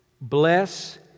Bless